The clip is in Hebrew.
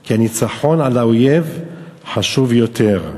כי הניצחון על האויב חשוב יותר.